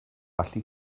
allu